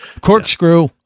Corkscrew